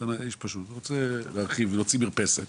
רוצה להוציא מרפסת